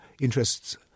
interests